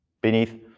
beneath